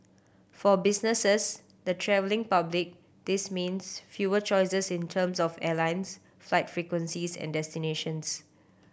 for businesses the travelling public this means fewer choices in terms of airlines flight frequencies and destinations